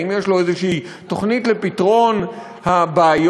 האם יש לו איזושהי תוכנית לפתרון הבעיות